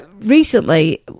Recently